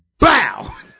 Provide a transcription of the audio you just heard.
BOW